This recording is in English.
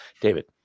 David